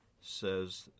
says